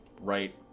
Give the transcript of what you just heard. right